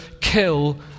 kill